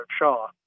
Shaw